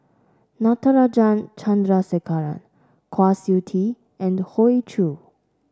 Natarajan Chandrasekaran Kwa Siew Tee and Hoey Choo